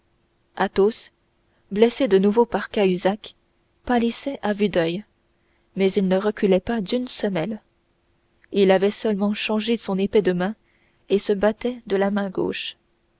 d'acharnement athos blessé de nouveau par cahusac pâlissait à vue d'oeil mais il ne reculait pas d'une semelle il avait seulement changé son épée de main et se battait de la main gauche